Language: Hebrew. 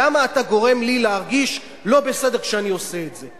למה אתה גורם לי להרגיש לא בסדר כשאני עושה את זה?